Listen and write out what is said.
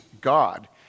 God